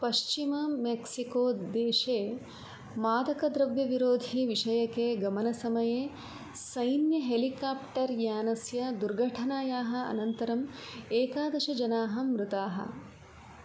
पश्चिम मेक्सिको देशे मादकद्रव्यविरोधिविषयके गमनसमये सैन्य हेलिकाप्टर् यानस्य दुर्घटणायाः अनन्तरं एकादशजनाः मृताः